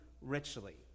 richly